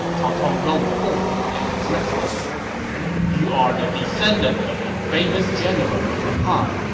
cao cao rode forth and addressed him you are the descendant of a famous general of the han.